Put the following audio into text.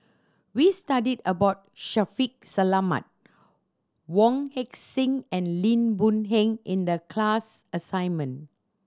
we studied about Shaffiq Selamat Wong Heck Sing and Lim Boon Heng in the class assignment